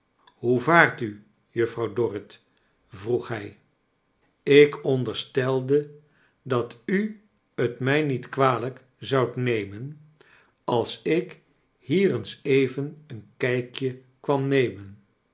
hoe vaart u juffrouw dorrit vroeg hij ik onderstelde dat u t mij niet kwalijk zoudt nemen als ik hier eens even een kijkje kwam nemen